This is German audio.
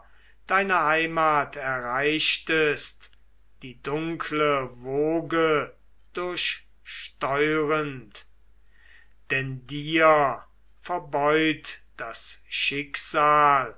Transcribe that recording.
deine heimat erreichtest die dunkle woge durchsteuernd denn dir verbeut das schicksal